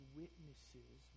witnesses